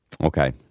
Okay